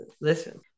Listen